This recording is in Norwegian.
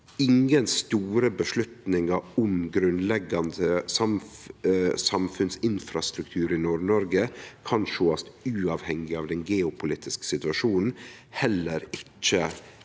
Ingen store avgjerder om grunnleggjande samfunnsinfrastruktur i Nord-Noreg kan sest uavhengig av den geopolitiske situasjonen, heller ikkje